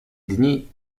dni